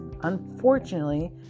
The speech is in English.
unfortunately